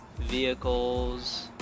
vehicles